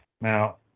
Now